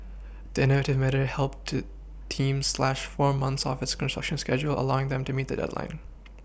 the innovative method helped to team slash four months off its construction schedule allowing them to meet the deadline